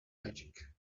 magic